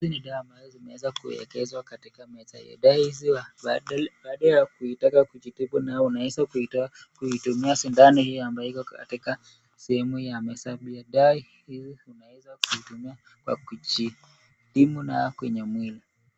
Dawa ambazo zimeeza kuekewzwa kwenye meza. Dawa hizi baada ya kuitaka kujitibu nayo unaeza kuitoa kuitumia sindano hii ambao iko katika sehemu ya meza pia. Dawa hii unaeza kuitumia kwa kujitibu nayo kwenye mwili.